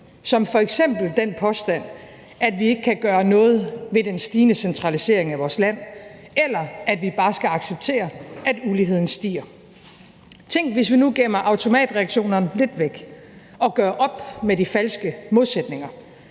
som f.eks. den påstand, at vi ikke kan gøre noget ved den stigende centralisering af vores land, eller at vi bare skal acceptere, at uligheden stiger. Tænk, hvis vi nu gemmer automatreaktionerne lidt væk og gør op med de falske modsætninger